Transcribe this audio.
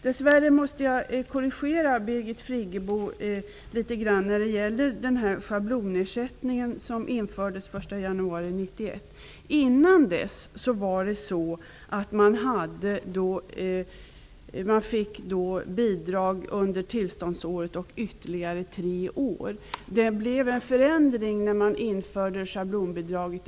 Dess värre måste jag korrigera Birgit Friggebo litet grand när det gäller den schablonersättning som infördes den 1 januari 1991. Dessförinnan fick man bidrag under tillståndsåret och ytterligare tre år. Det blev en förändring när man införde schablonbidraget.